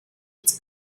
it’s